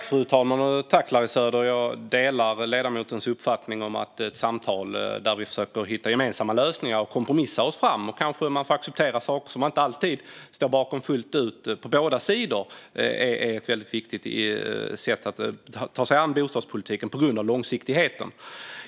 Fru talman! Jag delar ledamotens uppfattning att ett samtal där vi försöker hitta gemensamma lösningar och kompromissa oss fram och där båda sidor kanske får acceptera saker som de inte alltid står bakom fullt ut är ett viktigt sätt att ta sig an bostadspolitiken på grund av långsiktigheten.